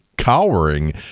Cowering